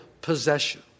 possession